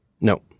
No